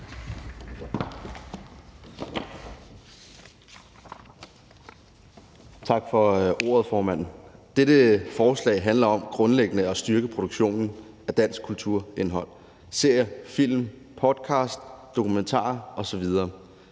Tak for ordet, formand. Dette forslag handler grundlæggende om at styrke produktionen af dansk kulturindhold som serier, film, podcast, dokumentarer osv.